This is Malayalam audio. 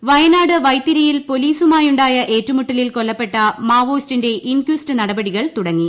കേരളത്തിൽ വയനാട് വൈത്തിരിയിൽ പൊലീസുമായുണ്ടായ ഏറ്റുമുട്ടലിൽ കൊല്ലപ്പെട്ട മാവോയിസ്റ്റിന്റെ ഇൻക്വസ്റ്റ് നടപടികൾ തുടങ്ങി